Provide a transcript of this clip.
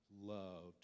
loved